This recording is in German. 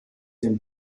dem